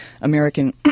American